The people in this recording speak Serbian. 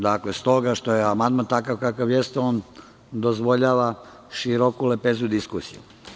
Dakle, stoga što je amandman takav kakav jeste on dozvoljava široku lepezu diskusije.